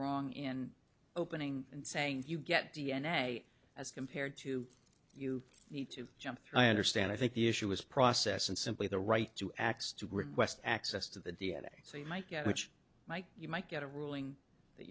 wrong in opening and saying you get d n a as compared to you need to jump i understand i think the issue is process and simply the right to access to grid west access to the d n a so you might get which might you might get a ruling that